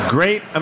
Great